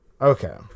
Okay